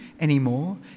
anymore